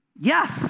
Yes